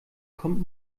kommt